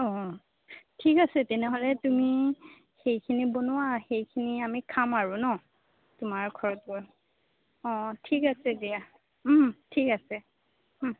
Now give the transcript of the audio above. অঁ ঠিক আছে তেনেহ'লে তুমি সেইখিনি বনোৱা সেইখিনি আমি খাম আৰু ন তোমাৰ ঘৰতে গৈ অঁ ঠিক আছে দিয়া ঠিক আছে